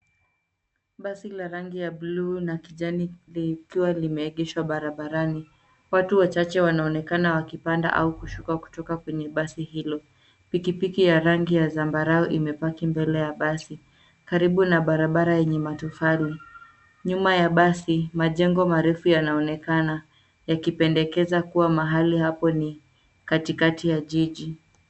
Basi la rangi ya buluu na kijani likiwa limeegeshwa barabarani. Watu wachache wanaonekana wakipanda au kushuka kutoka kwenye basi hilo. Pikipiki ya rangi ya zambarau imepaki mbele ya basi karibu na barabara yenye matofali. Nyuma ya basi, majengo marefu yanaonekana yakipendekeza kuwa mahali hapo ni katikati ya jiji.